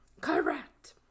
Correct